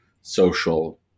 social